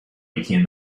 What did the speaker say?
became